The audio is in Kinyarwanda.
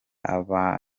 abana